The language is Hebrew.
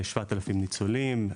ל-7000 ניצולים.